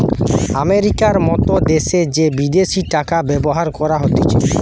আমেরিকার মত দ্যাশে যে বিদেশি টাকা ব্যবহার করা হতিছে